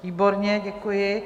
Výborně, děkuji.